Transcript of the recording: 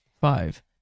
five